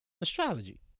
astrology